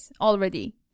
already